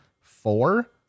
four